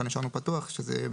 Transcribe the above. כאן השארנו פתוח שזה יהיה